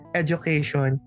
education